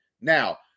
Now